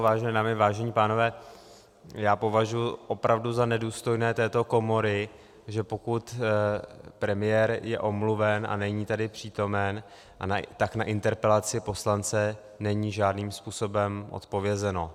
Vážené dámy, vážení pánové, já považuji opravdu za nedůstojné této komory, že pokud premiér je omluven a není tady přítomen, tak na interpelaci poslance není žádným způsobem odpovězeno.